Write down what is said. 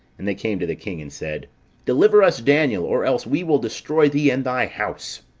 and they came to the king, and said deliver us daniel, or else we will destroy thee and thy house.